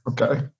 Okay